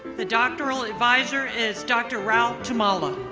the doctoral advisor is dr. rao tummala.